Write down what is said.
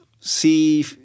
see